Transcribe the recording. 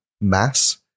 mass